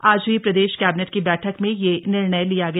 आज हई प्रदेश कैबिनेट की बैठक में यह निर्णय लिया गया